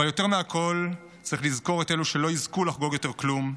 אבל יותר מכול צריך לזכור את אלו שלא יזכו לחגוג יותר כלום,